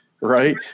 Right